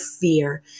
fear